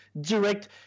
direct